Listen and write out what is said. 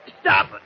Stop